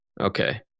Okay